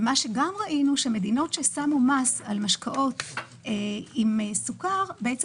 ראינו גם שהמדינות שהטילו מס על משקאות עם סוכר בעצם